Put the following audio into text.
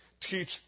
Teach